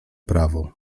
prawo